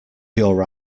your